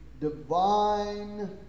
divine